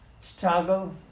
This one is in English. struggle